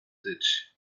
ditch